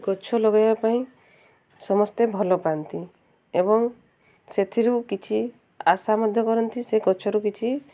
ଗଛ ଲଗାଇବା ପାଇଁ ସମସ୍ତେ ଭଲ ପାଆନ୍ତି ଏବଂ ସେଥିରୁ କିଛି ଆଶା ମଧ୍ୟ କରନ୍ତି ସେ ଗଛରୁ କିଛି